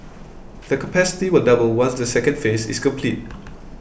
the capacity will double once the second phase is complete